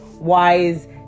wise